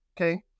okay